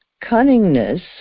cunningness